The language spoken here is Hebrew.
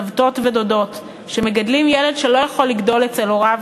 סבתות ודודות שמגדלים ילד שלא יכול לגדול אצל הוריו,